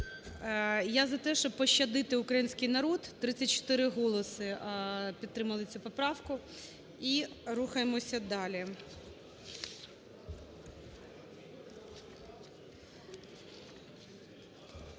Я за те, щоб пощадити український народ. 34 голоси підтримали цю поправку. І рухаємося далі.